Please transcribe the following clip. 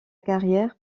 carrière